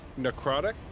necrotic